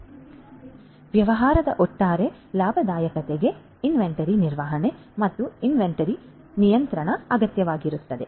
ಆದ್ದರಿಂದ ವ್ಯವಹಾರದ ಒಟ್ಟಾರೆ ಲಾಭದಾಯಕತೆಗೆ ಇನ್ವೆಂಟರಿ ನಿರ್ವಹಣೆ ಮತ್ತು ಇನ್ವೆಂಟರಿ ನಿಯಂತ್ರಣ ಅಗತ್ಯವಾಗಿರುತ್ತದೆ